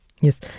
Yes